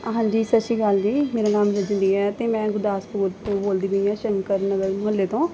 ਹਾਂਜੀ ਸੱਸ਼ੀਕਾਲ ਜੀ ਮੇਰਾ ਨਾਮ ਰਜਨੀ ਹੈ ਤੇ ਮੈਂ ਗੁਰਦਾਸਪੁਰ ਤੋਂ ਬੋਲਦੀ ਗਈ ਆ ਸ਼ੰਕਰ ਨਗਰ ਮਹੱਲੇ ਤੋਂ